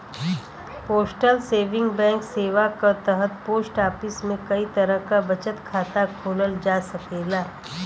postal saving bank सेवा क तहत पोस्ट ऑफिस में कई तरह क बचत खाता खोलल जा सकेला